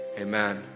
Amen